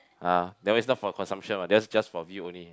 ah that one is not for consumption one that's just for view only